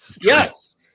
Yes